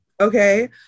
Okay